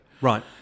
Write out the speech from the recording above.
Right